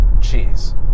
cheese